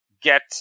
get